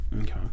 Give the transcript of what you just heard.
Okay